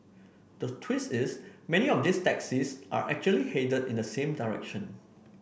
the twist is many of these taxis are actually headed in the same direction